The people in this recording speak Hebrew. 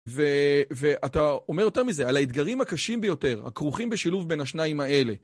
ואתה אומר אותם מזה, על האתגרים הקשים ביותר, הכרוכים בשילוב בין השניים האלה.